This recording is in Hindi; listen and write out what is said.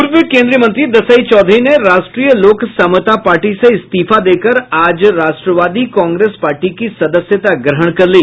पूर्व केन्द्रीय मंत्री दसई चौधरी ने राष्ट्रीय लोक समता पार्टी से इस्तीफा देकर आज राष्ट्रवादी कांग्रेस पार्टी की सदस्यता ग्रहण कर ली